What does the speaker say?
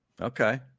Okay